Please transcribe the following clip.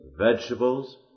vegetables